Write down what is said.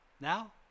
Now